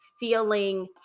feeling